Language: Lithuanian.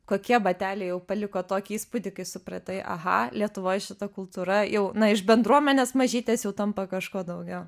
kokie bateliai jau paliko tokį įspūdį kai supratai aha lietuvoj šita kultūra jau na iš bendruomenės mažytės jau tampa kažkuo daugiau